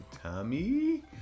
Tommy